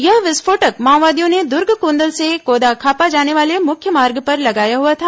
यह विस्फोटक माओवादियों ने दुर्गकोंदल से कोदाखापा जाने वाले मुख्य मार्ग पर लगाया हुआ था